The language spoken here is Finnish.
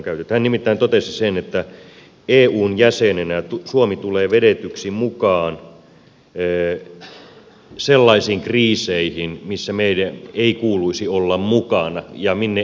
hän nimittäin totesi sen että eun jäsenenä suomi tulee vedetyksi mukaan sellaisiin kriiseihin missä meidän ei kuuluisi olla mukana ja minne eu päättää lähteä